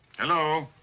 hello!